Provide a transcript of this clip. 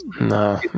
No